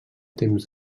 temps